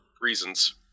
reasons